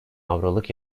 avroluk